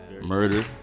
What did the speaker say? Murder